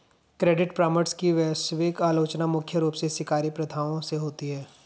credit परामर्श की वैश्विक आलोचना मुख्य रूप से शिकारी प्रथाओं से होती है